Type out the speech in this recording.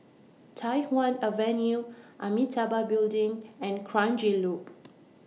Tai Hwan Avenue Amitabha Building and Kranji Loop